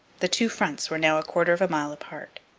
the two fronts were now a quarter of a mile apart.